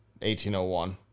1801